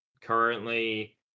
currently